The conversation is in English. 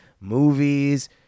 movies